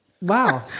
wow